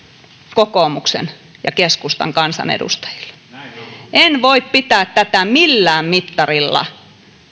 kokoomuksen ja keskustan kansanedustajilla en voi pitää tätä millään mittarilla